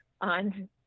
on